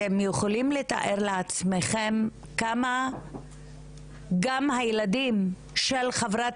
אתם יכולים לתאר לעצמכם כמה גם הילדים של חברת